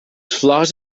flors